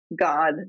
God